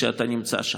כשאתה נמצא שם.